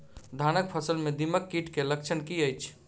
धानक फसल मे दीमक कीट केँ लक्षण की अछि?